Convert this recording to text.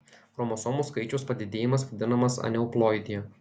chromosomų skaičiaus padidėjimas vadinamas aneuploidija